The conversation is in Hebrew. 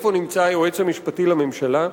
איפה נמצא היועץ המשפטי לממשלה?